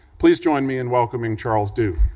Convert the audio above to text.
please join me in welcoming charles dew.